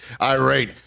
irate